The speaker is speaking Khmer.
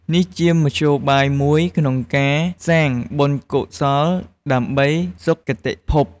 នេះជាមធ្យោបាយមួយក្នុងការសាងបុណ្យកុសលដើម្បីសុខគតិភព។